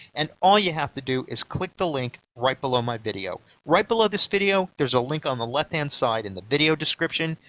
and all you have to do is click the link right below my video. right below this video there's a link on the left hand side in the video description,